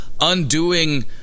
undoing